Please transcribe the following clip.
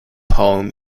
poem